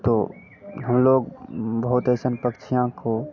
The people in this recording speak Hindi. तो हम लोग बहुत ऐसे पक्षियाँ को